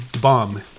Bomb